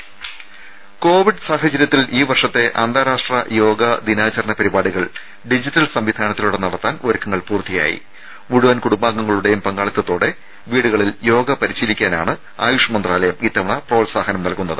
ദേദ കോവിഡ് സാഹചര്യത്തിൽ ഈ വർഷത്തെ അന്താരാഷ്ട്ര യോഗ ദിനാചരണ പരിപാടികൾ ഡിജിറ്റൽ സംവിധാനത്തിലൂടെ നടത്താൻ കുടുംബാംഗങ്ങളുടെയും പങ്കാളിത്വത്തോടെ വീടുകളിൽ യോഗ പരിശീലിക്കാനാണ് ആയുഷ് മന്ത്രാലയം ഇത്തവണ പ്രോത്സാഹനം നൽകുന്നത്